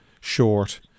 short